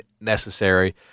necessary